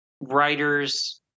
writers